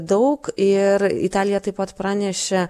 daug ir italija taip pat pranešė